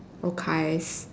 okays